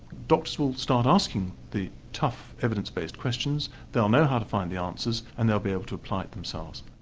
doctors will start asking the tough evidence based questions, they'll know how to find the answers and they'll be able to apply it themselves.